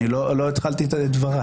אני לא התחלתי את דבריי.